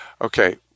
Okay